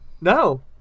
No